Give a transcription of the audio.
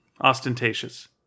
Ostentatious